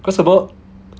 cause about